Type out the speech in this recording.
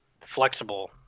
flexible